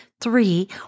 Three